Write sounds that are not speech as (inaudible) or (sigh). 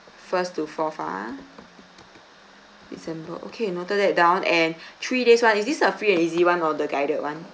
first to fourth ah december okay noted that down and (breath) three days [one] is this a free and easy [one] or the guided [one]